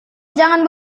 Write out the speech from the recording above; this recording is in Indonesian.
jangan